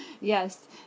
Yes